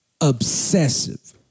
obsessive